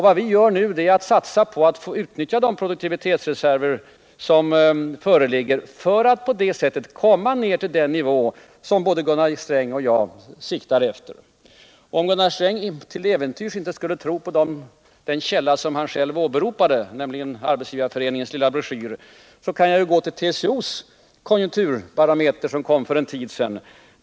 Vad vi nu gör är att satsa på att utnyttja de produktivitetsreserver som finns för att på det sättet komma ned till den konkurrensnivå som både Gunnar Sträng och jag siktar till. Om Gunnar Sträng till äventyrs inte skulle tro på den källa som han själv åberopade, nämligen Arbetsgivareföreningens lilla broschyr, kan jag gå till TCO:s konjunkturbarometer, som kom för en tid sedan.